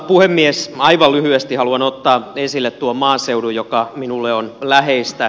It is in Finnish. aivan lyhyesti haluan ottaa esille tuon maaseudun joka minulle on läheistä